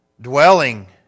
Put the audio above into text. dwelling